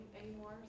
anymore